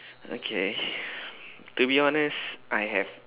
okay to be honest I have